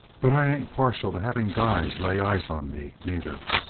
but i ain't partial to having guys lay eyes on me, neither.